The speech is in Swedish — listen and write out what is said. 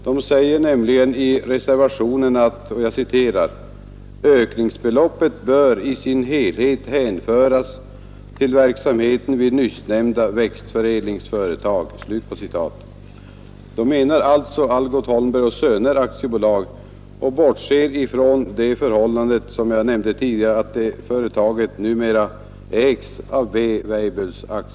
De anför nämligen i reservationen: ”Ökningsbeloppet bör i sin helhet hänföras till verksamheten vid nyssnämnda växtförädlingsföretag.” Reservanterna menar alltså Algot Holmberg och Söner AB och bortser från, vilket jag nämnde tidigare, att det företaget numera ägs av W. Weibull AB.